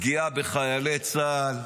פגיעה בחיילי צה"ל,